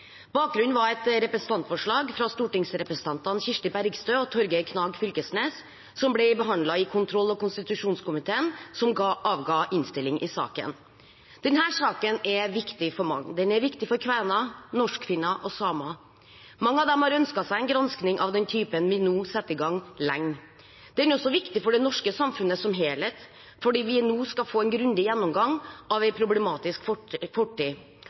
Bakgrunnen var et representantforslag fra stortingsrepresentantene Kirsti Bergstø og Torgeir Knag Fylkesnes, som ble behandlet i kontroll- og konstitusjonskomiteen, som avga innstilling i saken. Denne saken er viktig for mange. Den er viktig for kvener, norskfinner og samer. Mange av dem har lenge ønsket seg en gransking av den typen vi nå setter i gang. Den er også viktig for det norske samfunnet som helhet, fordi vi nå skal få en grundig gjennomgang av en problematisk fortid